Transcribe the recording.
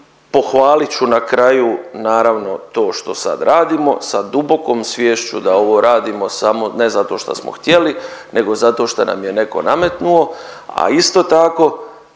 Pohvalit ću na kraju, naravno, to što sad radimo sa dubokom sviješću da ovo radimo samo ne zato šta smo htjeli nego zato šta nam je netko nametnuo, a isto tako,